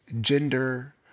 gender